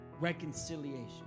reconciliation